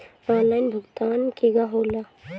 Online भुगतान केगा होला?